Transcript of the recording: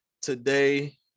Today